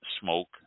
smoke